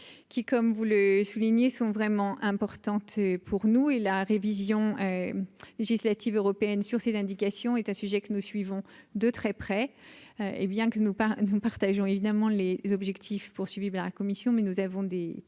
qui, comme vous le soulignez, sont vraiment importantes pour nous et la révision législative européenne sur ses indications, est un sujet que nous suivons de très près, et bien que nous nous ne partageons évidemment les objectifs poursuivis par la Commission mais nous avons des points